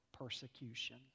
persecution